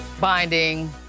binding